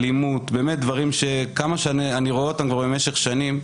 אלימות דברים שכמה שאני רואה אותם כבר במשך שנים,